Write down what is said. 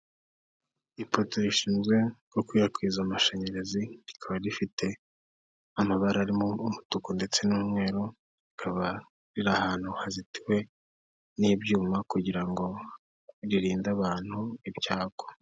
Ipoto rishinzwe gukwirakwiza amashanyarazi, rikaba rifite amabara arimo umutuku ndetse n'umweru, rikaba riri ahantu hazitiwe n'ibyuma kugira ngo ririnde abantu ibyago.